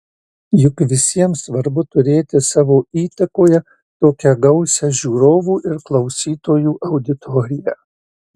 juk visiems svarbu turėti savo įtakoje tokią gausią žiūrovų ir klausytojų auditoriją